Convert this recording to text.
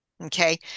Okay